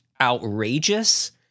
outrageous